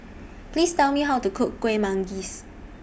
Please Tell Me How to Cook Kuih Manggis